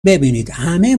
ببینیدهمه